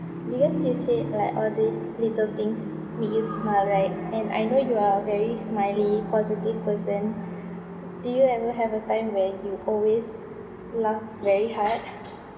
because you said like all these little things make you smile right and I know you are a very smiley positive person do you ever have a time where you always laugh very hard